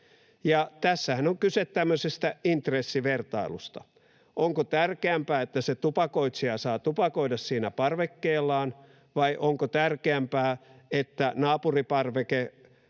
Tässähän on kyse tämmöisestä intressivertailusta: Onko tärkeämpää, että se tupakoitsija saa tupakoida siinä parvekkeellaan, vai onko tärkeämpää, että naapuriparvekkeen